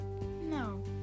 no